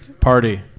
party